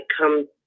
come